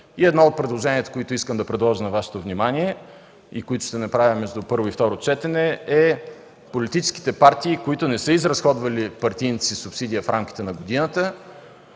И едно предложение, което искам да предложа на Вашето внимание и ще направя между първо и второ четене, е политическите партии, които не са изразходвали партийната си субсидия в рамките на годината,